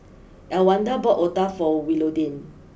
Elwanda bought Otah for Willodean